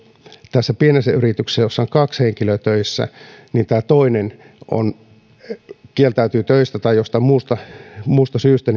tässä pienessä yrityksessä jossa on kaksi henkilöä töissä toinen kieltäytyy töistä tai jostain muusta muusta syystä